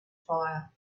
fire